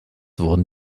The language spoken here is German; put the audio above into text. wurden